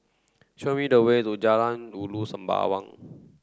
show me the way to Jalan Ulu Sembawang